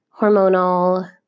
hormonal